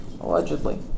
Allegedly